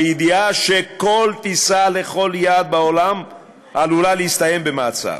בידיעה שכל טיסה לכל יעד בעולם עלולה להסתיים במעצר.